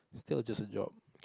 that was just a job